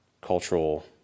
cultural